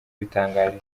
bitangaje